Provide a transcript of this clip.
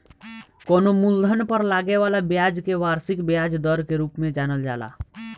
कवनो मूलधन पर लागे वाला ब्याज के वार्षिक ब्याज दर के रूप में जानल जाला